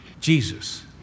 jesus